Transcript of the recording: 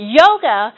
yoga